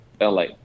LA